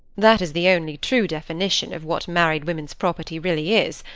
that is the only true definition of what married women's property really is.